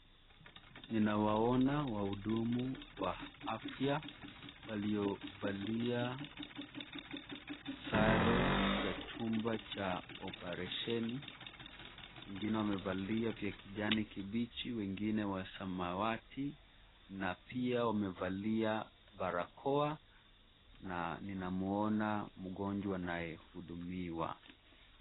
Ninaowaona wahudumu wa afya walio valia sare za chumba cha oparesheni, wengine wamevalia vya kijani kibichi, wengine wa samawati na pia wamevalia barakoa na nina muona mgonjwa anaye hudumiwa.